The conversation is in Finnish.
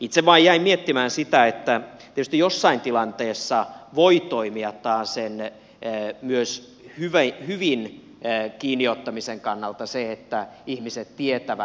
itse vain jäin miettimään sitä että tietysti jossain tilanteessa voi toimia taasen myös hyvin kiinni ottamisen kannalta se että ihmiset tietävät